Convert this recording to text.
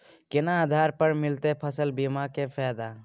केना आधार पर मिलतै फसल बीमा के फैदा?